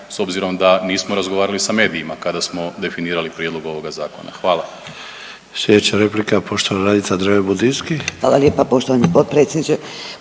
s obzirom da nismo razgovarali sa medijima kada smo definirali prijedlog ovoga zakona. Hvala.